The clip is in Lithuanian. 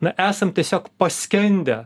na esam tiesiog paskendę